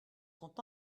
sont